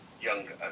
younger